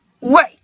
Wait